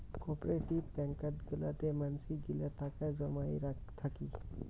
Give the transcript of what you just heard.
cooperative ব্যাঙ্কত গুলাতে মানসি গিলা টাকা জমাই থাকি